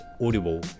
Audible